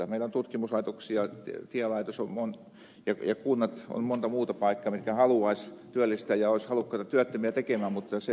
meillä on tutkimuslaitoksia tielaitos ja kunnat on monta muuta paikkaa mitkä haluaisivat työllistää ja olisi halukkaita työttömiä töitä tekemään mutta se ei ole mahdollista